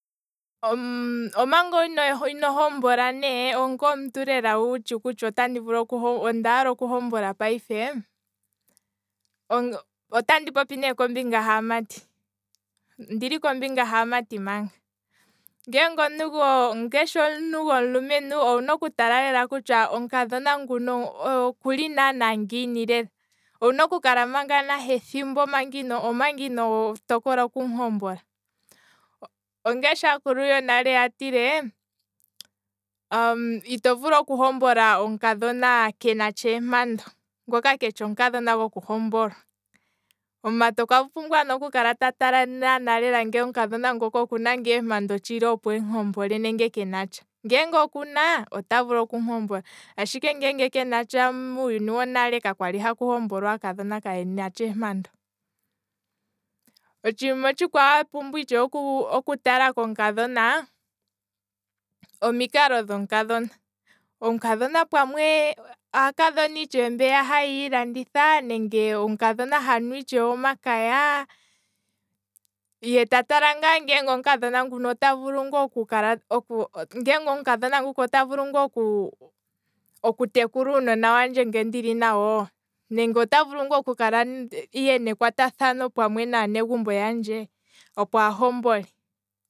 omanga ino hombola ne, onga omuntu wutshi kutya oto vulu, owala okuhombola payife, otandi popi ne kombinga haamati, ondili kombinga haamati payife. ngele omuntu gomulumentu owa pumbwa oku tala kutya omukadhona nguno okuli naana ngiini lela, owuna oku kala nahe ethimbo omanga ino tokola okumu hombola, ongashi aakulu yonale yatilee ito vulu oku hombola omukadhona kena eempando, ngoka keshi omukadhona gokuhombola, omumati okwa pumbwa oku kala ta tala ngele omukadhona okuna ngaa eempando mboli nenge kenatsha, ngeenge okunatsha oto vulu okumuhombola, ashike ngele kenatsha muuyuni wo nale ka kwali haku hombolwa omukadhona kenatsha eempando, otshiima otshikwawo itshewe apumbwa oku tala komukadhona, omikalo dhomukadhona, omukadhona pamwe aakadhona itshewe mbeya haya ilanditha, nenge omukadhona hanu itshewe omakaya, he ta tala ngaa ngeenge omukadhona ngono, ngeenge omukadhona ngoka ota vulu ngaa oku tekula uunona wandje nge ndili nawo, nenge ota vulu ngaa oku kala yena ekwatathano pamwe naa negumbo yandje, opo a hombole